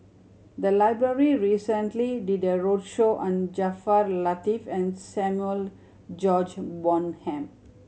the library recently did a roadshow on Jaafar Latiff and Samuel George Bonham